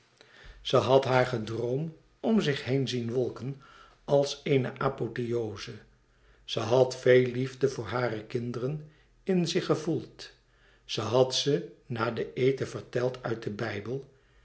ze had haar gedroom om zich heen zien wolken als eene apotheoze ze had veel liefde voor hare kinderen in zich gevoeld zij had ze na den eten verteld uit den bijbel